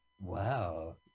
Wow